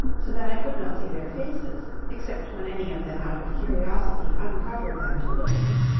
so that i could not see their faces, except when any of them out of curiosity uncovered them to look at me,